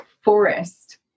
forest